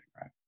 right